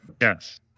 Yes